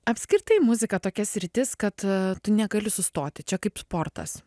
apskritai muzika tokia sritis kad tu negali sustoti čia kaip sportas